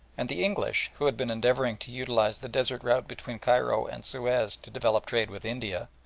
and the english, who had been endeavouring to utilise the desert route between cairo and suez to develop trade with india,